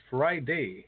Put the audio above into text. Friday